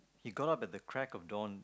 he got off at the crack of dawn